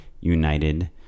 united